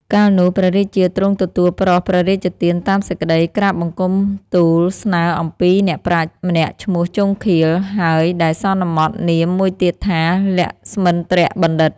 កាលនោះ ព្រះរាជាទ្រង់ទទួលប្រោសព្រះរាជទានតាមសេចក្តីក្រាបបង្គំទូលស្នើអំពីអ្នកប្រាជ្ញម្នាក់ឈ្មោះ ជង្ឃាល ហើយដែលសន្មតនាមមួយទៀតថា លក្ស្មិន្ទ្របណ្ឌិត ។